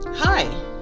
Hi